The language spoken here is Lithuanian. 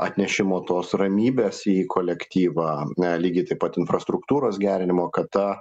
atnešimo tos ramybės į kolektyvą na lygiai taip pat infrastruktūros gerinimo kad ta